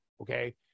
okay